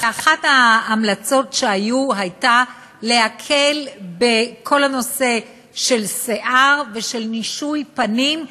אחת ההמלצות שהיו הייתה להקל בכל הנושא של שיער ושל שינוי פנים,